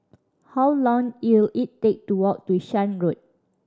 how long ill it take to walk to Shan Road